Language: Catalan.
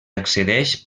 accedeix